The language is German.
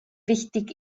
wichtig